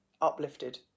uplifted